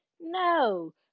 no